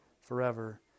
forever